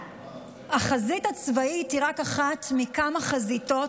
החזית הצבאית היא רק אחת מכמה חזיתות